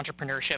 entrepreneurship